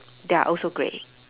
they are also grey